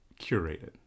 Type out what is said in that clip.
Curated